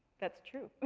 that's true.